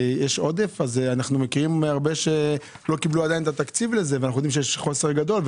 אנחנו מכירים הרבה שלא קיבלו עדיין את התקציב ויש חוסר גדול.